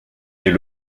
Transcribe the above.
est